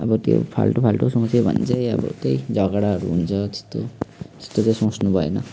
अब त्यो फाल्टो फाल्टो सोच्यो भने चाहिँ अब त्यही झगडाहरू हुन्छ त्यस्तो त्यस्तो चाहिँ सोच्नुभएन